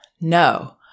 No